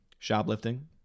shoplifting